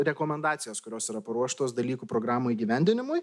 rekomendacijas kurios yra paruoštos dalykų programų įgyvendinimui